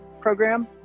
program